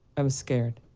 i was scared.